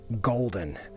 golden